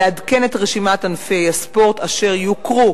לעדכן את רשימת ענפי הספורט אשר יוכרו